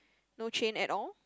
no chain at all